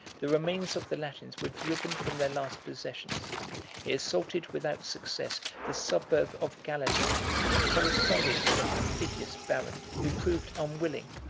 the remains of the latins were driven from their last possessions he assaulted without success the suburb of galata and corresponded with a perfidious baron, who proved unwilling,